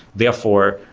therefore,